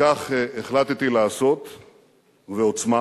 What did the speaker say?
וכך החלטתי לעשות ובעוצמה.